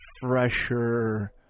fresher